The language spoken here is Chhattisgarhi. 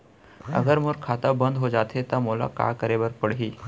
अगर मोर खाता बन्द हो जाथे त मोला का करे बार पड़हि?